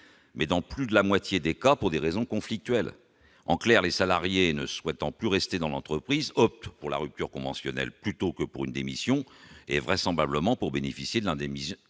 mais dans plus de la moitié des cas pour des raisons conflictuelles, en clair, les salariés ne souhaitant plus rester dans l'entreprise, opte pour la rupture conventionnelle plutôt que pour une démission et vraisemblablement pour bénéficier de l'indemnise